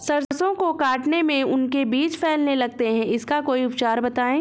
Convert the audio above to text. सरसो को काटने में उनके बीज फैलने लगते हैं इसका कोई उपचार बताएं?